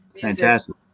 Fantastic